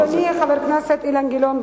אדוני חבר הכנסת אילן גילאון,